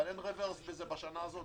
אבל אין רברס בזה בשנה הזו.